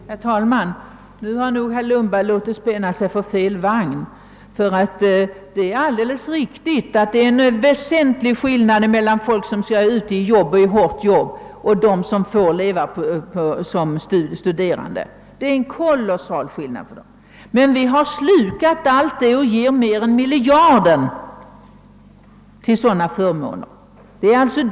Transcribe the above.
Herr talman! Nu har nog herr Lundberg låtit spänna sig för fel vagn. Det är alldeles riktigt att det är en väsentlig skillnad mellan folk som går i hårt arbete och de som får leva som stude rande. Men vi har slukat allt det där och ger mer än miljarden till förmåner åt studerande.